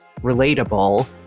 relatable